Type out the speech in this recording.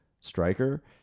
striker